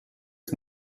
its